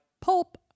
pulp